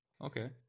okay